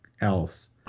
else